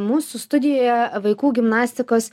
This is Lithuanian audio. mūsų studijoje vaikų gimnastikos